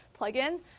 plugin